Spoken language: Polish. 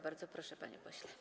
Bardzo proszę, panie pośle.